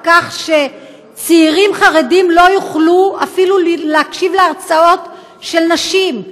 על כך שצעירים חרדים לא יוכלו אפילו להקשיב להרצאות של נשים,